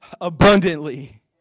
abundantly